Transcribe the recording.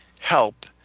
help